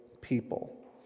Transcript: people